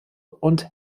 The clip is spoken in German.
und